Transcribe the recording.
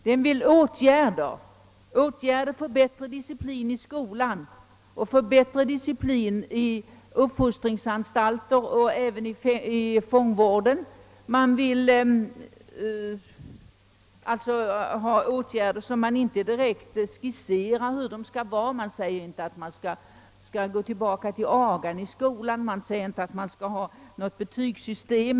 Man vill ha åtgärder för bättre disciplin i skolan, för bättre disciplin vid uppfostringsanstalter och även inom fångvården. Man vill alltså ha åtgärder men man skisserar inte direkt vad som skall göras. Man säger inte att man skall gå tillbaka till agan i skolan eller att man vill ha något särskilt betygssystem.